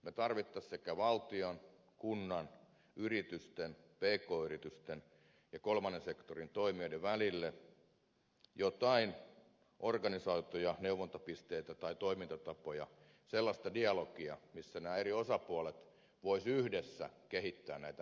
me tarvitsisimme valtion kunnan yritysten pk yritysten ja kolmannen sektorin toimijoiden välille joitain organisoituja neuvontapisteitä tai toimintatapoja sellaista dialogia missä nämä eri osapuolet voisivat yhdessä kehittää näitä menettelyitä